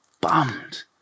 bummed